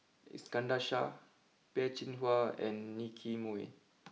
Iskandar Shah Peh Chin Hua and Nicky Moey